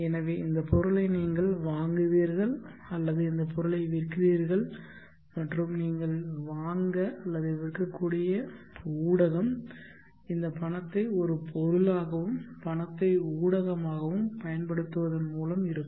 எனவே இந்த பொருளை நீங்கள் வாங்குவீர்கள் அல்லது இந்த பொருளை விற்கிறீர்கள் மற்றும் நீங்கள் வாங்க அல்லது விற்கக்கூடிய ஊடகம் இந்த பணத்தை ஒரு பொருளாகவும் பணத்தை ஊடகமாகவும் பயன்படுத்துவதன் மூலம் இருக்கும்